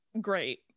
great